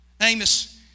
Amos